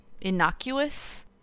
innocuous